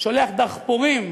שולח דחפורים